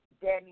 Danny